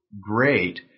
great